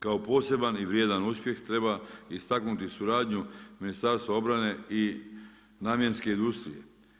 Kao poseban i vrijedan uspjeh treba istaknuti suradnju Ministarstva obrane i namjenske industrije.